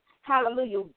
Hallelujah